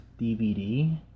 dvd